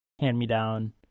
hand-me-down